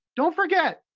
don't forget,